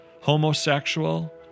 homosexual